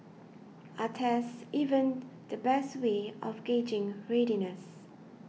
are tests even the best way of gauging readiness